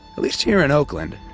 at least here in oakland,